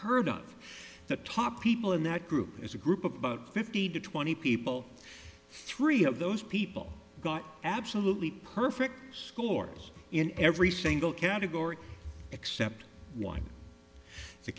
heard of that top people in that group as a group of about fifty to twenty people three of those people got absolutely perfect scores in every single category except one